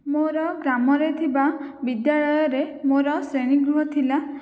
ମୋର ଗ୍ରାମରେ ଥିବା ବିଦ୍ୟାଳୟରେ ମୋର ଶ୍ରେଣୀଗୃହ ଥିଲା